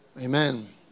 Amen